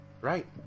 Right